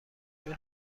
جون